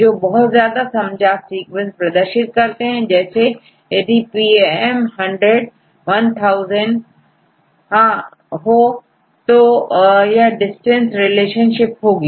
जो बहुत ज्यादा समजात सीक्वेंस प्रदर्शित करते हैं जैसे यदिPAM 100 1000 हां तो यह डिस्टेंस रिलेशनशिप होगी